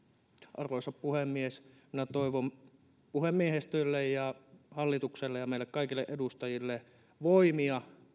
arvoisa puhemies minä toivon puhemiehistölle ja hallitukselle ja meille kaikille edustajille voimia